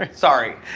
sorry.